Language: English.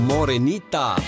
Morenita